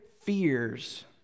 fears